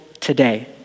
today